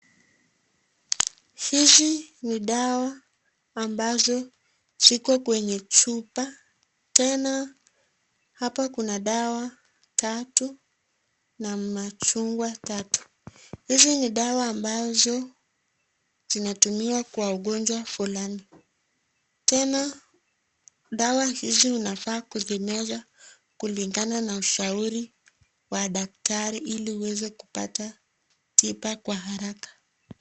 Hizi ni dawa ambazo ziko kwenye chupa. Tena hapa kuna dawa tatu na machungwa tatu. Hizi ni dawa ambazo zinatumiwa kwa ugonjwa fulani. Tena dawa hizi unafaa kuzimeza kulingana na ushauri wa daktari ili uweze kupata tiba kwa haraka.